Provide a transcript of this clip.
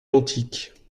l’antique